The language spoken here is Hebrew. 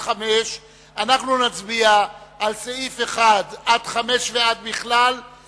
החל במלים "וקביעת השימושים" תימחק.